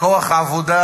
כוח עבודה,